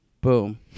Boom